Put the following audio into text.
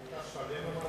אתה שלם עם ההצעה הזאת?